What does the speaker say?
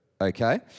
okay